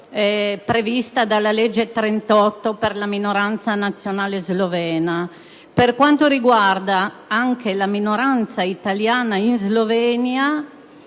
previste dalla legge n. 38 del 2001 per la minoranza nazionale slovena. Per quanto riguarda anche la minoranza italiana in Slovenia,